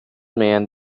man